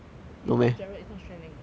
it's not gerald it's not xue ling also